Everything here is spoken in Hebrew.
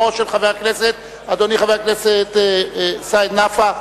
אדוני חבר הכנסת סעיד נפאע,